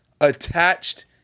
attached